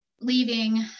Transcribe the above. leaving